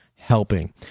helping